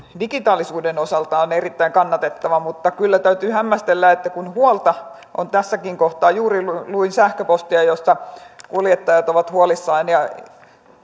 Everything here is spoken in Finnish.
digitaalisuuden osalta on erittäin kannatettava mutta kyllä täytyy hämmästellä kun huolta on tässäkin kohtaa juuri luin sähköpostia jossa kuljettajat ja